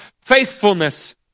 faithfulness